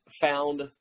found